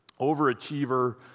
overachiever